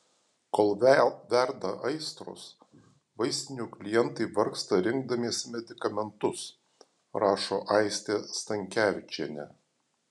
kol verda aistros vaistinių klientai vargsta rinkdamiesi medikamentus rašo aistė stankevičienė